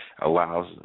allows